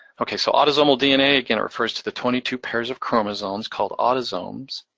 okay, so autosomal dna, again, refers to the twenty two pairs of chromosomes called autosomes,